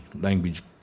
language